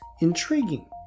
intriguing